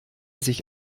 sich